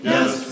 Yes